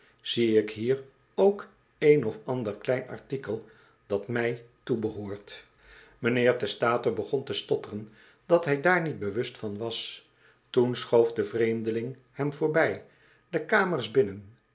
zie ik hier ook een of ander klein artikel dat mij toebehoort mijnheer testator begon te stotteren dat hij daar niet bewust van was toen schoof de vreemdeling hem voorbij de kamers binnen